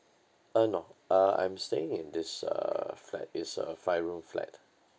uh no ah I'm staying in this uh flat it's a five room flat